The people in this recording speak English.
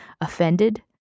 offended